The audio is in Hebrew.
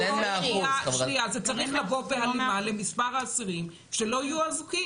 אבל אין 100%. זה צריך לבוא בהלימה למספר האסירים שלא יהיו אזוקים.